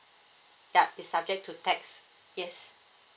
ya is subject to tax yes